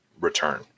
return